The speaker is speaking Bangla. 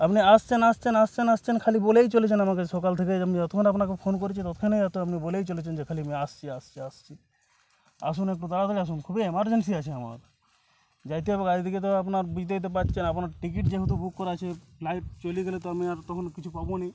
আপনি আসছেন আসছেন আসছেন আসছেন খালি বলেই চলেছেন আমাদের সকাল থেকে আমি যতক্ষণ আপনাকে ফোন করেছি ততক্ষণই এ তো আপনি বলেই চলেছেন যে খালি আমি আসছি আসছি আসছি আসুন একটু তাড়াতাড়ি আসুন খুবই ইমারজেন্সি আছে আমার যেতে হবে রায়দিঘিতে আপনার বুঝতেই তো পারছেন এখনও টিকিট যেহেতু বুক করা আছে ফ্লাইট চলে গেলে তো আমি আর তখন কিছু পাব না